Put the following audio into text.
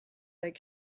lake